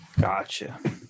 Gotcha